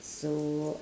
so